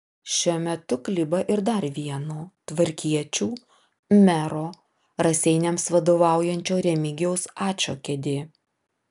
šiuo metu kliba ir dar vieno tvarkiečių mero raseiniams vadovaujančio remigijaus ačo kėdė